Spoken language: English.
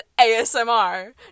ASMR